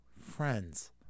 friends